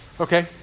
Okay